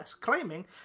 Claiming